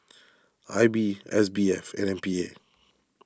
I B S B F and M P A